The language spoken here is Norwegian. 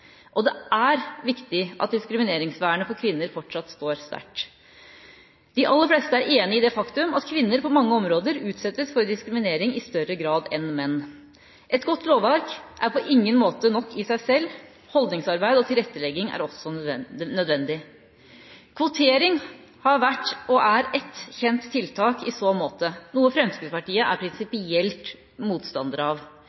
enhetlige. Det er viktig at diskrimineringsvernet for kvinner fortsatt står sterkt. De aller fleste er enig i det faktum at kvinner på mange områder utsettes for diskriminering i større grad enn menn. Et godt lovverk er på ingen måte nok i seg selv, holdningsarbeid og tilrettelegging er også nødvendig. Kvotering har vært, og er, ett kjent tiltak i så måte – noe Fremskrittspartiet er prinsipielt motstander av.